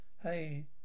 Hey